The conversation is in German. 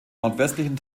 nordwestlichen